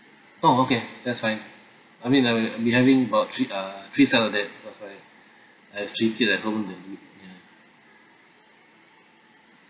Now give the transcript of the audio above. oh okay that's fine I mean I I'll be having about three uh three sets of that of I I have three kids at home then ya